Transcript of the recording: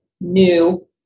new